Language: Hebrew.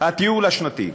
הטיול השנתי,